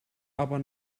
aber